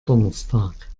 donnerstag